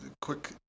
quick